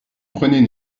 prenait